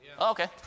Okay